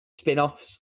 spin-offs